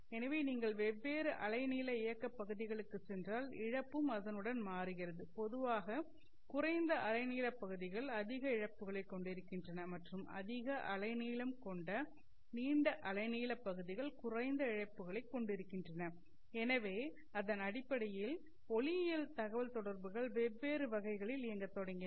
எனவே நீங்கள் வெவ்வேறு அலைநீள இயக்க பகுதிகளுக்குச் சென்றால் இழப்பும் அதனுடன் மாறுகிறது பொதுவாக குறைந்த அலைநீளப் பகுதிகள் அதிக இழப்புகளைக் கொண்டிருக்கின்றன மற்றும் அதிக அலைநீளம் அல்லது நீண்ட அலைநீளப் பகுதிகள் குறைந்த இழப்புகளைக் கொண்டிருக்கின்றன எனவே அதன் அடிப்படையில் ஒளியியல் தகவல்தொடர்புகள் வெவ்வேறு வகைகளில் இயங்கத் தொடங்கின